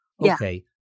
Okay